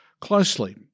closely